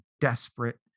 desperate